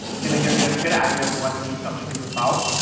going to give you a good idea of what the subject is about,